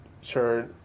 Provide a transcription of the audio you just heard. sure